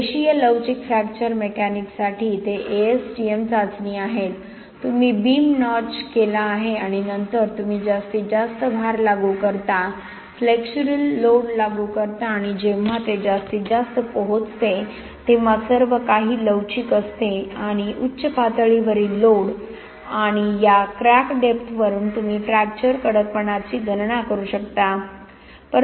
रेषीय लवचिक फ्रॅक्चर मेकॅनिक्ससाठी ते ASTM चाचणी आहेत तुम्ही बीम नॉच केला आहे आणि नंतर तुम्ही जास्तीत जास्त भार लागू करता फ्लेक्सरल लोड लागू करता आणि जेव्हा ते जास्तीत जास्त पोहोचते तेव्हा सर्व काही लवचिक असते आणि उच्च पातळी वरील लोड आणि या क्रॅक डेप्थवरून तुम्ही फ्रॅक्चर कडकपणाची गणना करू शकता